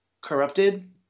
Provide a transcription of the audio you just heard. corrupted